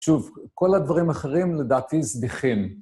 שוב, כל הדברים האחרים לדעתי זניחים.